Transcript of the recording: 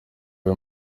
uyu